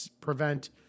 prevent